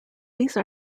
these